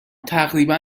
تقریبا